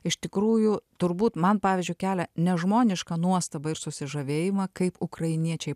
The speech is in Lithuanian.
iš tikrųjų turbūt man pavyzdžiui kelia nežmonišką nuostabą ir susižavėjimą kaip ukrainiečiai